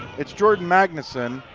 it's jordan magnuson.